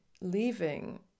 leaving